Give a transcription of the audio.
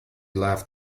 laughed